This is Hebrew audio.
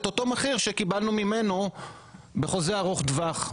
את אותו מחיר שקיבלנו מספק A בחוזה ארוך טווח".